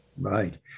Right